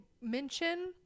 mention